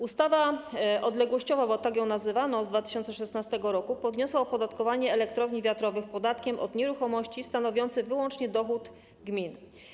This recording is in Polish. Ustawa odległościowa, bo tak ją nazywano, z 2016 r. podniosła opodatkowanie elektrowni wiatrowych podatkiem od nieruchomości stanowiącym wyłączny dochód gmin.